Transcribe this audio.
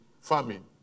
farming